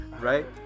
right